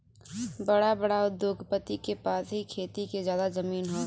बड़ा बड़ा उद्योगपति के पास ही खेती के जादा जमीन हौ